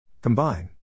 Combine